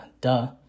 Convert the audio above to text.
duh